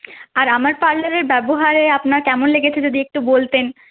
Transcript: আর আমার পার্লারের ব্যবহারে আপনার কেমন লেগেছে যদি একটু বলতেন